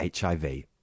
HIV